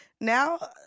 Now